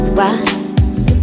rise